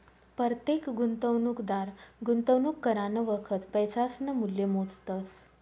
परतेक गुंतवणूकदार गुंतवणूक करानं वखत पैसासनं मूल्य मोजतस